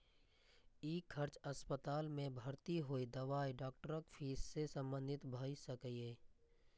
ई खर्च अस्पताल मे भर्ती होय, दवाई, डॉक्टरक फीस सं संबंधित भए सकैए